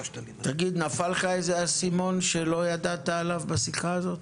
נפל לך איזה אסימון שלא ידעת עליו בשיחה הזו?